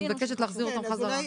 אני מבקשת להחזיר אותו חזרה לנוסח.